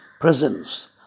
presence